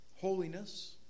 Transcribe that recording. holiness